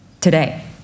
today